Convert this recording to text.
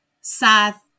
sad